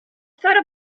thought